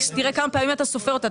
תראה כמה פעמים אתה סופר אותה.